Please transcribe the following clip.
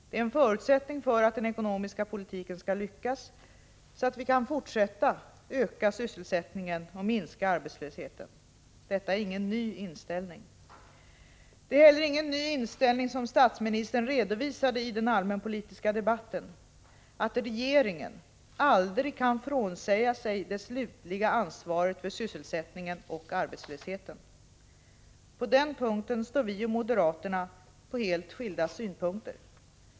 Det är en förutsättning för att den ekonomiska politiken skall lyckas så att vi kan fortsätta öka sysselsättningen och minska arbetslösheten. Detta är ingen ny inställning. Det var heller ingen ny inställning som statsministern redovisade i den allmänpolitiska debatten, att regeringen aldrig kan frånsäga sig det slutliga ansvaret för sysselsättningen och arbetslösheten. På den punkten står vi och moderaterna för helt skilda synpunkter.